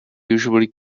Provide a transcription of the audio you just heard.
usually